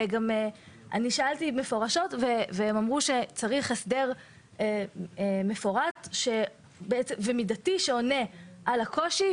שאלתי במפורש והם אמרו שצריך הסדר מפורט ומידתי שעונה על הקושי,